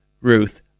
Ruth